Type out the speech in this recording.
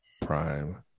Prime